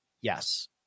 Yes